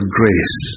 grace